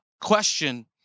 question